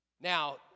Now